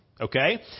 Okay